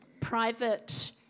private